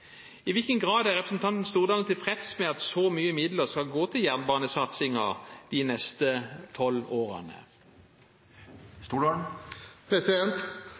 I hvilken grad er representanten Stordalen tilfreds med at så mye midler skal gå til jernbanesatsingen de neste tolv årene?